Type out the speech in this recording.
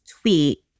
tweet